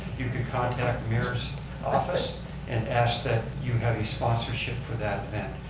you could contact the mayor's office and ask that you have a sponsorship for that event.